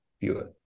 viewer